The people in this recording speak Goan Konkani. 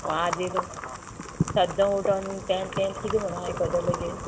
वाज येयलो सद्दां उटोन तेंच तेंच किदें म्हणोन आयकतले गे